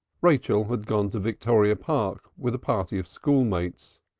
rachel had gone to victoria park with a party of school-mates,